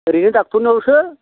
ओरैनो डाक्टारनावल'सो